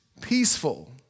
peaceful